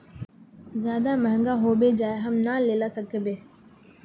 ज्यादा महंगा होबे जाए हम ना लेला सकेबे?